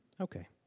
Okay